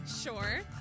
sure